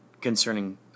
concerning